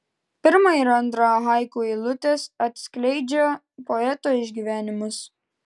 pirma ir antra haiku eilutės atskleidžia poeto išgyvenimus